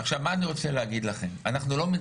עד כמה זה בכלל יעיל,